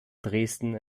dresden